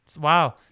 Wow